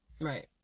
Right